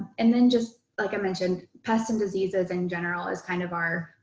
and then just like i mentioned pests and diseases in general is kind of our,